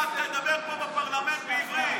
אתה תדבר פה בפרלמנט בעברית.